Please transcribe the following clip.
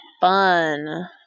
Fun